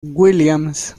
williams